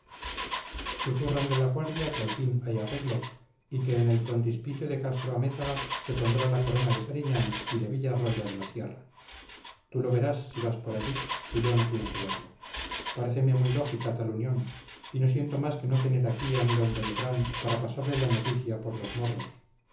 susurran de la guardia que al fin hay arreglo y que en el frontispicio de castro-amézaga se pondrá la corona de sariñán y de villarroya de la sierra tú lo verás si vas por allí que yo no pienso verlo paréceme muy lógica tal unión y no siento más que no tener aquí a mi d beltrán para pasarle la noticia por los morros